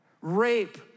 Rape